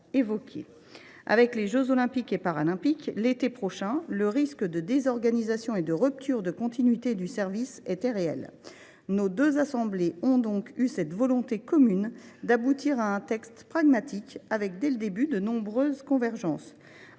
Avec les jeux Olympiques et Paralympiques, qui se tiendront l’été prochain, le risque de désorganisation et de rupture de continuité du service était réel. Nos deux assemblées ont donc eu la volonté commune d’aboutir à un texte pragmatique, alors même que, dès le début, les convergences